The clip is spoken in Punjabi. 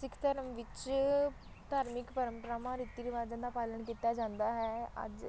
ਸਿੱਖ ਧਰਮ ਵਿੱਚ ਧਾਰਮਿਕ ਪਰੰਪਰਾਵਾਂ ਰੀਤੀ ਰਿਵਾਜ਼ਾਂ ਦਾ ਪਾਲਣ ਕੀਤਾ ਜਾਂਦਾ ਹੈ ਅੱਜ